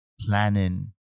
planning